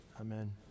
amen